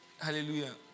Hallelujah